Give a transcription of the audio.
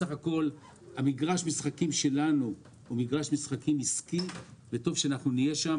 מגרש המשחקים שלנו הוא מגרש משחקים עסקי שטוב שנהיה שם,